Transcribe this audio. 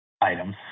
items